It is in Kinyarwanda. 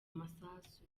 masasu